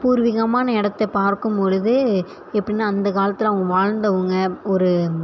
பூர்வீகமான இடத்த பார்க்கும் பொழுது எப்படின்னா அந்த காலத்தில் அவங்க வாழ்ந்தவங்க ஒரு